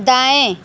दाएँ